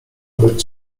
być